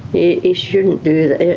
he shouldn't do that.